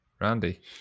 Randy